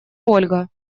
ольга